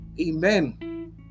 amen